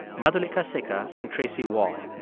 madhulika sikka and tracy wahl.